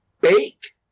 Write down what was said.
Bake